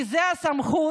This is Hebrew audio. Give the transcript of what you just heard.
כי לה יש את הסמכות,